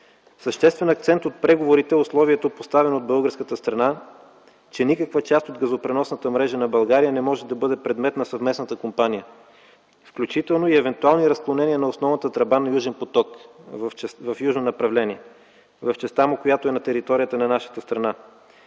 Съществен акцент от преговорите е условието, поставено от българска страна, че никаква част от газопреносната мрежа на България не може да бъде предмет на съвместната компания, включително и евентуални разклонения на основната тръба на „Южен поток” в южно направление, в частта му на територията на нашата страна.